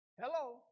Hello